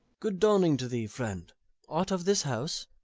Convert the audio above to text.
good dawning to thee, friend art of this house?